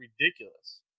ridiculous